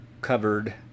covered